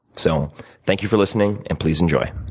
so thank you for listening and please enjoy.